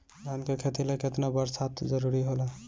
धान के खेती ला केतना बरसात जरूरी होला?